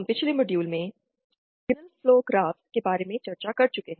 हम पिछले मॉड्यूल में सिग्नल फ्लो ग्राफ के बारे में चर्चा कर चुके हैं